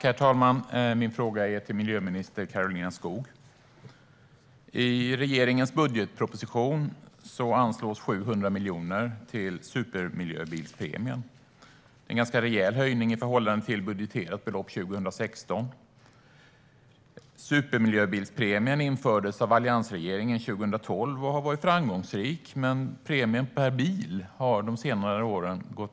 Herr talman! Min fråga går till miljöminister Karolina Skog. I regeringens budgetproposition anslås 700 miljoner till supermiljöbilspremien. Det är en ganska rejäl höjning i förhållande till budgeterat belopp 2016. Supermiljöbilspremien infördes av alliansregeringen 2012, och den har varit framgångsrik. Men premien per bil har gått ned under senare år.